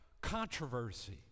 controversy